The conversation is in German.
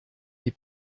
die